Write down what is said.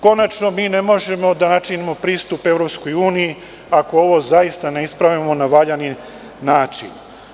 Konačno, mi ne možemo da načinimo pristupe u EU ako ovo zaista ne ispravimo na valjan način.